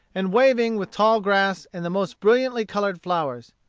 and waving with tall grass and the most brilliantly colored flowers.